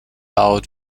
out